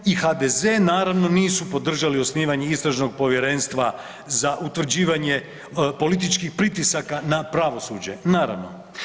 Habijan i HDZ naravno nisu podržali osnivanje Istražnog povjerenstva za utvrđivanje političkih pritisaka na pravosuđe naravno.